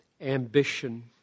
ambition